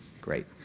Great